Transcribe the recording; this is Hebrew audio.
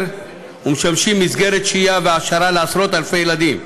ומשמשים מסגרת שהייה והעשרה לעשרות אלפי ילדים.